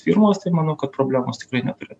firmos tai manau kad problemos tikrai neturėtų